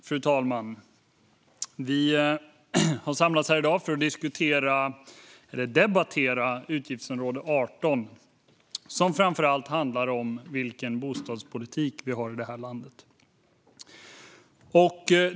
Fru talman! Vi har samlats för att debattera utgiftsområde 18, som framför allt handlar om den bostadspolitik vi har i landet.